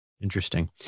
Interesting